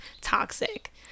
toxic